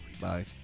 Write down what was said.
Bye